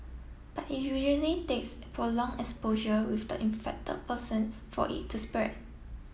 but it usually takes prolong exposure with the infected person for it to spread